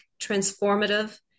transformative